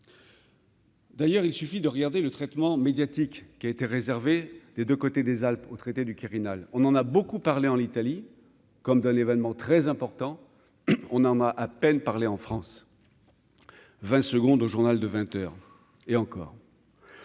D'ailleurs, il suffit de regarder le traitement médiatique qui a été réservé des 2 côtés des Alpes au traité du Quirinal, on en a beaucoup parlé en Italie comme d'un événement très important, on en a à peine parler en France 20 secondes au journal de 20 heures et encore.